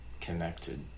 connected